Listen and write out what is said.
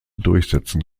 durchsetzen